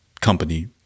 company